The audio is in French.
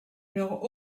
leurs